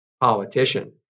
politician